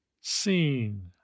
seen